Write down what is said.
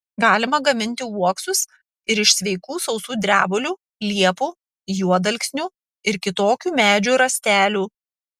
galima gaminti uoksus ir iš sveikų sausų drebulių liepų juodalksnių ir kitokių medžių rąstelių